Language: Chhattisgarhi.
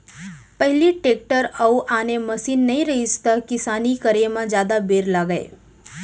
पहिली टेक्टर अउ आने मसीन नइ रहिस त किसानी करे म जादा बेर लागय